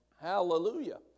Hallelujah